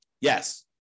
Yes